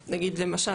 זה נגיד למשל,